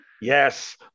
Yes